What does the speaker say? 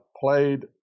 played